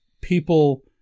people